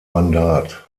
mandat